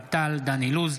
חמד עמאר,